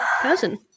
person